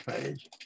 page